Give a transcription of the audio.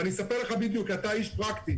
ואני אספר לך בדיוק כי אתה איש פרקטי,